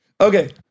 Okay